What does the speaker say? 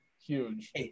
Huge